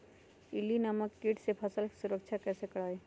इल्ली नामक किट से फसल के सुरक्षा कैसे करवाईं?